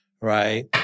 right